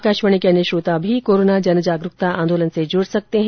आकाशवाणी के अन्य श्रोता भी कोरोना जनजागरुकता आंदोलन से जुड सकते हैं